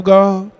God